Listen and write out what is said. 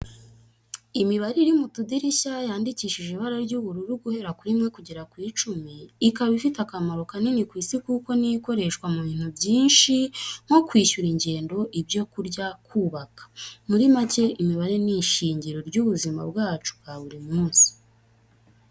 Imibare iri mu tudirishya yandikishije ibara ry'ubururu guhera kuri rimwe kugeza ku icumi, ikaba ifite akamaro kanini ku isi kuko ni yo ikoreshwa mu bintu byinshi nko kwishyura ingendo, ibyo kurya, kubaka muri make imibare ni ishingiro ry'ubuzima bwacu bwa buri munsi.